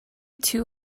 too